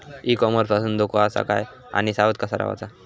E commerce पासून धोको आसा काय आणि सावध कसा रवाचा?